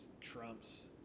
Trump's